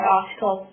article